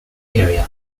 area